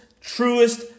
truest